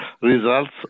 results